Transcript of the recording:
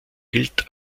gilt